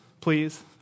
Please